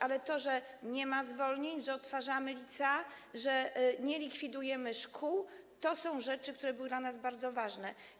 Ale to, że nie ma zwolnień, że odtwarzamy licea, że nie likwidujemy szkół, to są rzeczy, które były dla nas bardzo ważne.